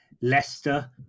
Leicester